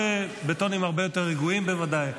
ובטונים הרבה יותר רגועים בוודאי,